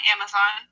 Amazon